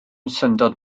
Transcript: syndod